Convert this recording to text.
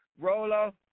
Rolo